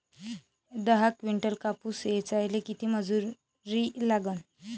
दहा किंटल कापूस ऐचायले किती मजूरी लागन?